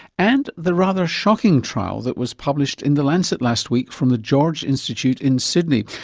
and the rather shocking trial that was published in the lancet last week from the george institute in sydney,